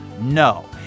No